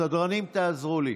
סדרנים, תעזרו לי.